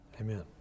Amen